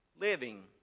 living